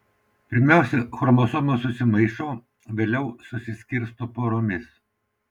pirmiausia chromosomos susimaišo vėliau susiskirsto poromis